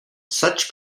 such